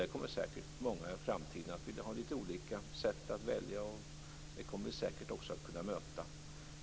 Där kommer säkert många i framtiden att vilja ha olika sätt att välja, och det kommer vi säkert också att kunna möta.